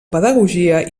pedagogia